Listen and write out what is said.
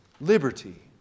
liberty